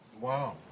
Wow